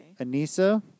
Anissa